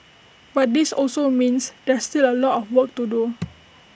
but this also means there's still A lot of work to do